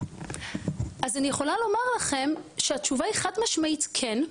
אז אני יכולה לומר לכם שהתשובה היא חד משמעית כן.